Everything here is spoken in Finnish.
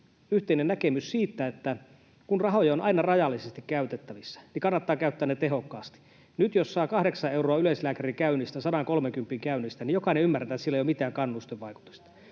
yhteinen näkemys siitä, että kun rahoja on aina rajallisesti käytettävissä, niin kannattaa käyttää ne tehokkaasti. Nyt jos saa kahdeksan euroa yleislääkärikäynnistä, sadankolmenkympin käynnistä, niin jokainen ymmärtää, että sillä ei ole mitään kannustevaikutusta.